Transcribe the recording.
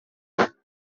purposes